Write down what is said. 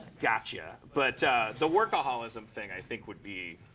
gotcha. but the workaholism thing, i think, would be